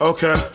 Okay